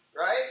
Right